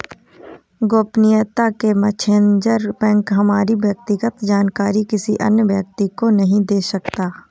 गोपनीयता के मद्देनजर बैंक हमारी व्यक्तिगत जानकारी किसी अन्य व्यक्ति को नहीं दे सकता